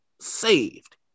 saved